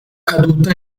caduta